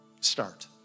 start